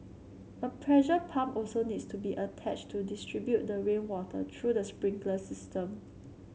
her pressure pump also needs to be attached to distribute the rainwater through the sprinkler system